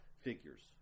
figures